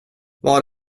var